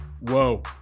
Whoa